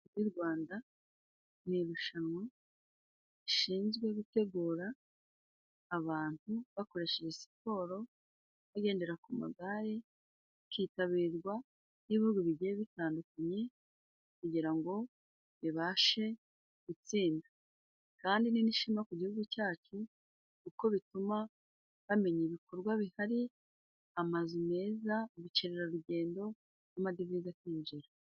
Leta y'u Rwanda ni irushanwa rishinzwe gutegura abantu， bakoresheje siporo， bagendera ku magarekitabirwa n'ibihugu bigiye bitandukanye，kugira ngo bibashe gutsinda， kandi n'ishema ku gihugu cyacu kuko bituma bamenya ibikorwa bihari，amazu meza ubukerarugendo n'amadovize akinjira.